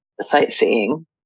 Sightseeing